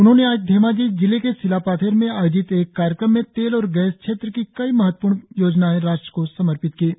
उन्होंने आज धेमाजी जिले के सिलापाथेर में आयोजित एक कार्यक्रम में तेल और गैस क्षेत्र की कई महत्वपूर्ण योजनाएं राष्ट्र को समर्पित कीं